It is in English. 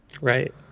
Right